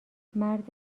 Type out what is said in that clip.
مرد